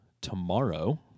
tomorrow